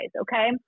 okay